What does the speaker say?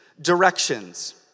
directions